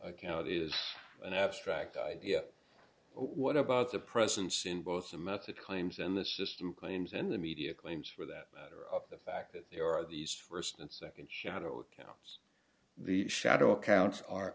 account is an abstract idea what about the presence in both the method claims and the system claims in the media claims for that matter of the fact that there are these first and second shadow accounts the shadow accounts are